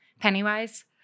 Pennywise